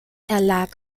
erlag